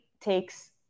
takes